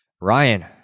Ryan